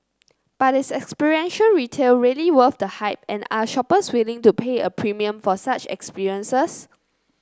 but is experiential retail really worth the hype and are shoppers willing to pay a premium for such experiences